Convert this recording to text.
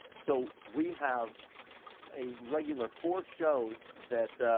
so, we have a regular four shows that,